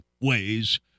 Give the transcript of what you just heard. ways